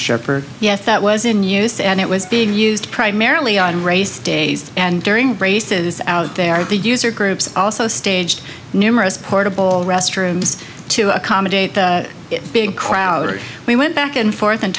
sharper yet that was in use and it was being used primarily on race day and during races out there the user groups also staged numerous portable restrooms to accommodate the big crowd we went back and forth and